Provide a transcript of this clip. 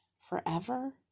forever